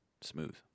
Smooth